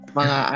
mga